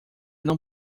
não